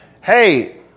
Hey